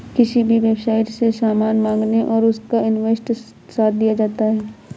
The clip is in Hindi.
किसी भी वेबसाईट से सामान मंगाने पर उसका इन्वॉइस साथ दिया जाता है